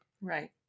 right